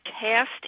cast